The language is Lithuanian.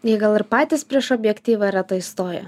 jie gal ir patys prieš objektyvą retai stoja